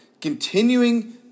continuing